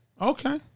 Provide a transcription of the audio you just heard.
Okay